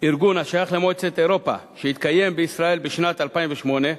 ארגון השייך למועצת אירופה בישראל בשנת 2008,